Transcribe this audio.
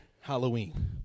Halloween